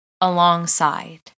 alongside